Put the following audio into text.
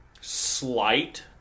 slight